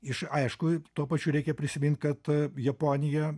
iš aišku tuo pačiu reikia prisimint kad japonija